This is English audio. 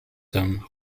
term